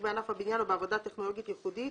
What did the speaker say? בענף הבניין או בעבודה בטכנולוגיה ייחודית"